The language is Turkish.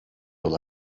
yol